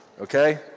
Okay